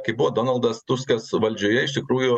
kai buvo donaldas tuskas valdžioje iš tikrųjų